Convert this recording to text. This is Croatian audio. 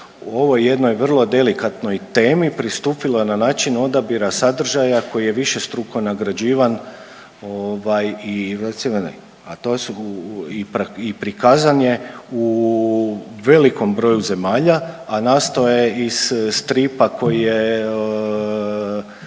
u ovoj jednoj vrlo delikatnoj temi pristupilo na način odabira sadržaja koji je višestruko nagrađivan i …/Govornik se ne razumije./… i prikazan je u velikom broju zemalja, a nastao je iz stripa koji je